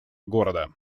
города